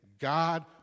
God